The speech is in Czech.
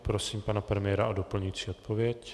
Prosím pana premiéra o doplňující odpověď.